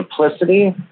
simplicity